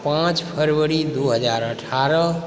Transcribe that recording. पाँच फरवरी दू हजार अठारह